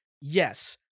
Yes